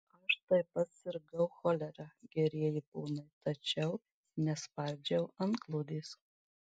aš taip pat sirgau cholera gerieji ponai tačiau nespardžiau antklodės